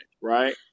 Right